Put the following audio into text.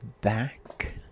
back